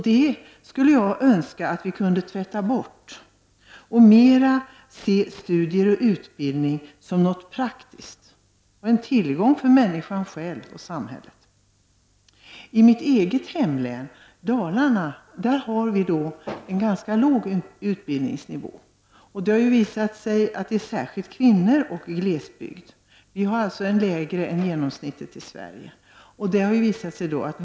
Det skulle jag önska att vi kunde tvätta bort och mera se studier och utbildning som något praktiskt, dvs. en tillgång för människan själv och samhället. I mitt eget hemlän Dalarna är utbildningsnivån ganska låg. Det har visat sig att det gäller särskilt kvinnorna i glesbygden. Dalarna har alltså en lägre utbildningsnivå än genomsnittet i Sverige.